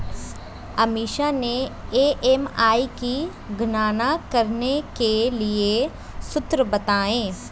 अमीषा ने ई.एम.आई की गणना करने के लिए सूत्र बताए